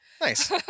Nice